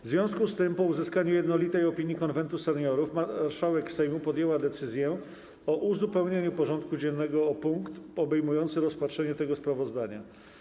W związku z tym, po uzyskaniu jednolitej opinii Konwentu Seniorów, marszałek Sejmu podjęła decyzję o uzupełnieniu porządku dziennego o punkt obejmujący rozpatrzenie tego sprawozdania.